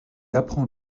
apprend